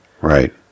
Right